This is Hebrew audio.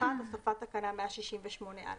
הוספת תקנה 168א